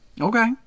Okay